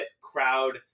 crowd –